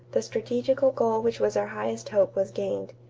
the strategical goal which was our highest hope was gained.